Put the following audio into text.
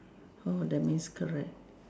oh that means correct